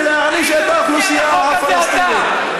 ולהעניש את האוכלוסייה הפלסטינית.